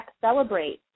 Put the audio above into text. celebrate